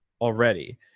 already